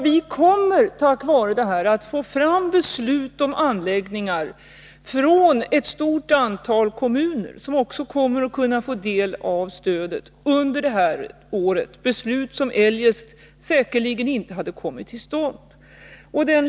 Vi kommer tack vare detta att få fram beslut om anläggningar i ett stort antal kommuner, som också kommer att kunna få del av stödet, under detta år — beslut som eljest säkerligen inte hade kommit till stånd.